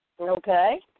Okay